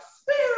Spirit